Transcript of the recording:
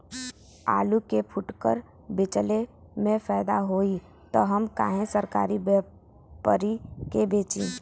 आलू के फूटकर बेंचले मे फैदा होई त हम काहे सरकारी व्यपरी के बेंचि?